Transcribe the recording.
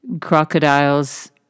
Crocodiles